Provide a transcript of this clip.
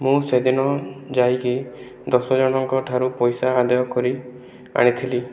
ମୁଁ ସେ ଦିନ ଯାଇକି ଦଶ ଜଣଙ୍କଠାରୁ ପଇସା ଆଦାୟ କରି ଆଣିଥିଲି